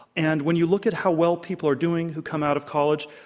and when you look at how well people are doing who come out of college,